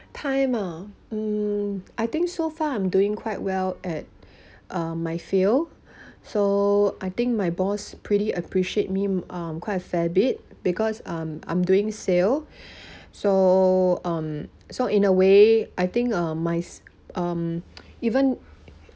time ah mm I think so far I'm doing quite well at uh my field so I think my boss pretty appreciate me um quite a fair bit because um I'm doing sale so um so in a way I think uh my s~ um even